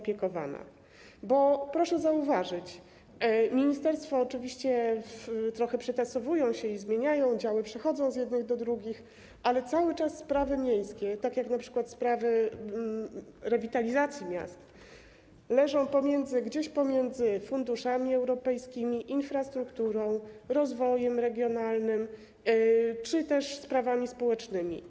Proszę zauważyć, ministerstwa oczywiście trochę przetasowują się i zmieniają, działy przechodzą z jednych do drugich, ale cały czas sprawy miejskie, jak np. sprawy rewitalizacji miast, leżą gdzieś pomiędzy funduszami europejskimi, infrastrukturą, rozwojem regionalnym czy też sprawami społecznymi.